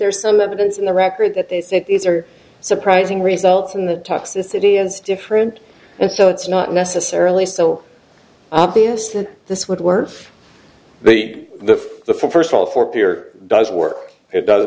there some evidence in the record that they think these are surprising results in the toxicity and different and so it's not necessarily so obvious that this would work the the the first all for peer does work it does